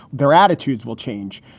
their attitudes will change.